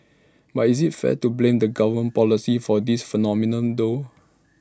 but is IT fair to blame the government's policy for this phenomenon though